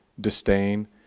disdain